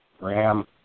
Ram